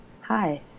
Hi